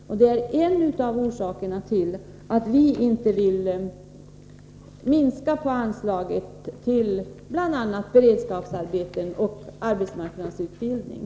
Detta är också en av orsakerna till att vi inte vill minska anslagen till bl.a. beredskapsarbeten och arbetsmarknadsutbildning.